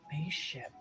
spaceship